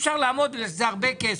זה הרבה כסף,